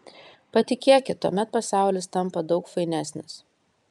patikėkit tuomet pasaulis tampa daug fainesnis